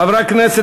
"חברי הכנסת,